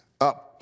up